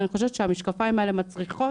ואני חושבת שהמשקפיים האלה מצריכות